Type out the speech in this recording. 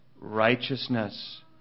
righteousness